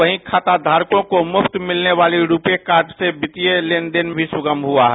वहीं खाताधारकों को मुफ्त मिलने वाले रुपे कार्ड से वित्तीय लेनदेन भी सुगम हुआ है